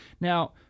Now